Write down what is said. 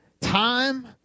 time